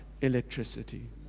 electricity